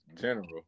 general